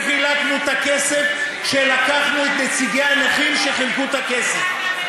וחילקנו את הכסף שלקחנו עם נציגי הנכים שחילקו את הכסף.